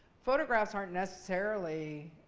photographs aren't necessarily